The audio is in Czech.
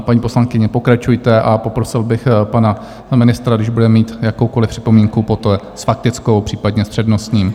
Paní poslankyně, pokračujte a poprosil bych pana ministra, když bude mít jakoukoliv připomínku, poté s faktickou, případně s přednostním.